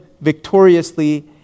victoriously